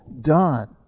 done